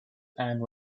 and